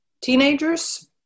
Teenagers